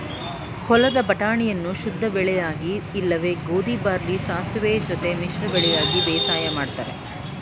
ಹೊಲದ ಬಟಾಣಿಯನ್ನು ಶುದ್ಧಬೆಳೆಯಾಗಿ ಇಲ್ಲವೆ ಗೋಧಿ ಬಾರ್ಲಿ ಸಾಸುವೆ ಜೊತೆ ಮಿಶ್ರ ಬೆಳೆಯಾಗಿ ಬೇಸಾಯ ಮಾಡ್ತರೆ